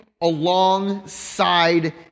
alongside